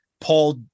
Paul